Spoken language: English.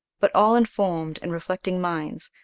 but all informed and reflecting minds,